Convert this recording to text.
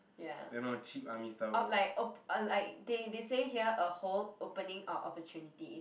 ya orh like oh like they they say here a hole opening or opportunity